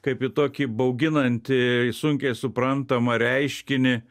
kaip į tokį bauginantį sunkiai suprantamą reiškinį